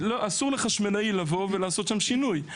אסור לחשמלאי לעשות שם שינוי.